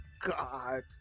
God